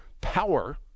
power